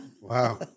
Wow